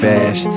Bash